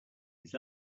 his